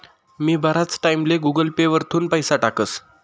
मी बराच टाईमले Google Pay वरथून पैसा टाकस